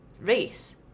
race